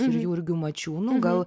ir jurgiu mačiūnu gal